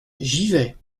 givet